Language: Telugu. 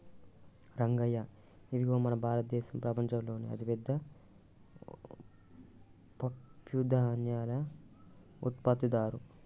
రంగయ్య ఇదిగో మన భారతదేసం ప్రపంచంలోనే అతిపెద్ద పప్పుధాన్యాల ఉత్పత్తిదారు